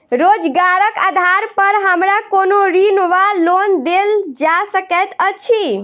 रोजगारक आधार पर हमरा कोनो ऋण वा लोन देल जा सकैत अछि?